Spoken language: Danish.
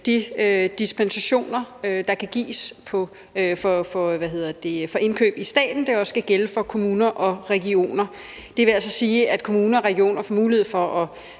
de dispensationer, der kan gives for indkøb i staten, også skal gælde for kommuner og regioner. Det vil altså sige, at kommuner og regioner får mulighed for at